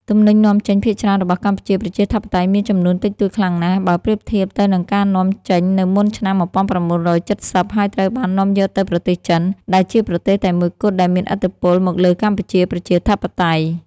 ទំនិញនាំចេញភាគច្រើនរបស់កម្ពុជាប្រជាធិបតេយ្យមានចំនួនតិចតួចខ្លាំងណាស់ បើប្រៀបធៀបទៅនឹងការនាំ ចេញនៅមុនឆ្នាំ១៩៧០ ហើយត្រូវបាននាំយកទៅប្រទេសចិន ដែលជាប្រទេសតែមួយគត់ដែលមានឥទ្ធិពលមកលើកម្ពុជាប្រជាធិបតេយ្យ។